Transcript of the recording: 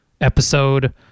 episode